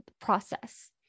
process